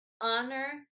honor